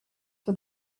for